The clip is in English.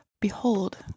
Behold